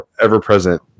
ever-present